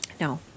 No